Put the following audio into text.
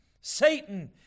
Satan